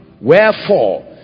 Wherefore